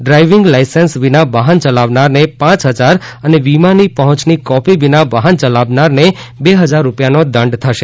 driving licence વિના વાહન ચલાવનારને પ હજાર અને વીમાની પહોંચની કોપી વિના વાહન ચલાવનારને બે હજાર રૂપિયાનો દંડ થશે